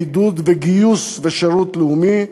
בעידוד גיוס ושירות לאומי,